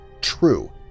true